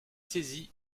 saisie